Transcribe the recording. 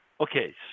Okay